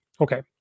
Okay